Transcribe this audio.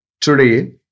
Today